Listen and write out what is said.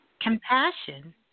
compassion